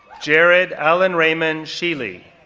jared alan-raymond shely,